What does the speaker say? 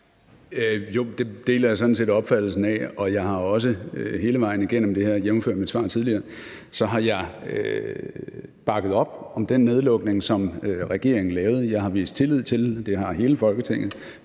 Jo, det deler jeg sådan set opfattelsen af, og jeg har også hele vejen igennem det her, jævnfør mit svar tidligere, bakket op om den nedlukning, som regeringen lavede. Jeg har vist tillid – det har hele Folketinget.